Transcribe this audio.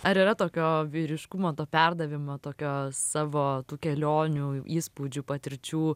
ar yra tokio vyriškumo to perdavimo tokio savo tų kelionių įspūdžių patirčių